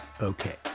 okay